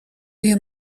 you